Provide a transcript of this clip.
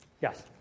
Yes